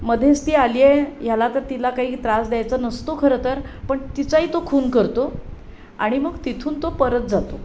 मध्येच ती आली आहे ह्याला तर तिला काही त्रास द्यायचा नसतो खरं तर पण तिचाही तो खून करतो आणि मग तिथून तो परत जातो